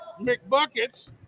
McBuckets